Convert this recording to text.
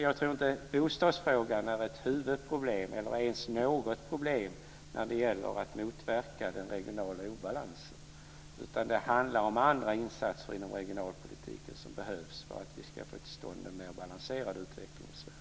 Jag tror inte att bostadsfrågan är ett huvudproblem eller ens något problem när det gäller att motverka den regionala obalansen, utan det är andra insatser inom regionalpolitiken som behövs för att vi ska få till stånd en mera balanserad utveckling i Sverige.